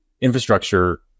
infrastructure